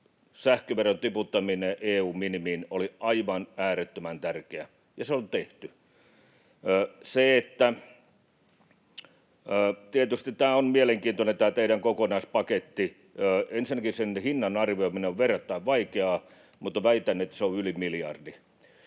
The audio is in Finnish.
sähköveron tiputtaminen EU:n minimiin oli aivan äärettömän tärkeä, ja se on tehty. Tietysti tämä on mielenkiintoinen, tämä teidän kokonaispaketti. Ensinnäkin sen hinnan arvioiminen on verrattain vaikeaa, mutta väitän, että se on yli miljardi.